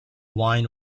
wine